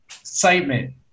excitement